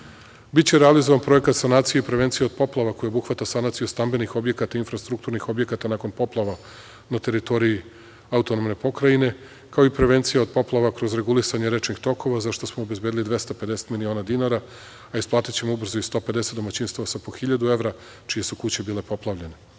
realizovan projekat sanacije i prevencije od poplava koji obuhvata sanaciju stambenih objekata i infrastrukturnih objekata nakon poplava na teritoriji AP, kao i prevencija od poplava kroz regulisanje rečnih tokova zašta smo obezbedili 250 miliona dinara. Isplatićemo ubrzo i 150 domaćinstava sa po 1.000 evra čije su kuće bile poplavljene. Naš